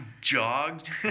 jogged